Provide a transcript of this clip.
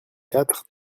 quatre